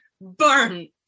Burn